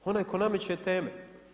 Onaj tko nameće teme.